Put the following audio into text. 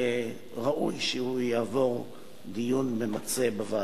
וראוי שהוא יעבור דיון ממצה בוועדה.